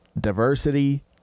diversity